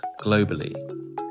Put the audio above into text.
globally